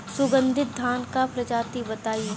सुगन्धित धान क प्रजाति बताई?